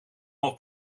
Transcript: half